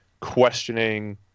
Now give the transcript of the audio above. questioning